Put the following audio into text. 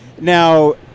Now